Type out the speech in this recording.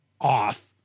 off